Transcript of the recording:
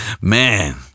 Man